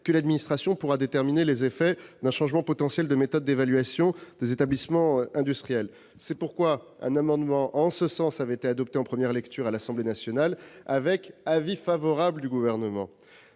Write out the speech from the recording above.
que l'administration pourra déterminer les effets d'un changement potentiel de méthode d'évaluation des établissements industriels. C'est pourquoi un amendement en ce sens avait été adopté en première lecture à l'Assemblée nationale, avec avis favorable du Gouvernement.